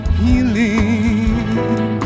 healing